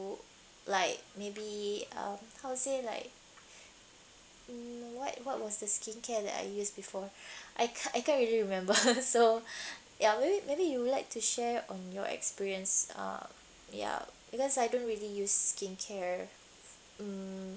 like maybe um how to say like mm what what was the skincare that I use before I I can't really remember so ya maybe maybe you would like to share on your experience um ya because I don't really use skincare mm